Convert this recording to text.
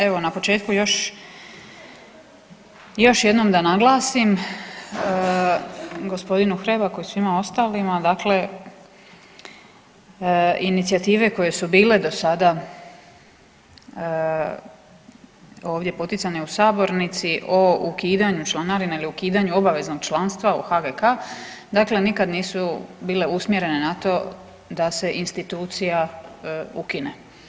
Evo na početku još jednom da naglasim g. Hrebaku i svima ostalima dakle inicijative koje su bile do sada ovdje poticanja u sabornici o ukidanju članarine ili o ukidanju obveznog članstva u HGK nikad nisu bile usmjerene na to da se institucija ukine.